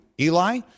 Eli